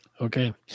Okay